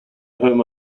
home